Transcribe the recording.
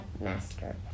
master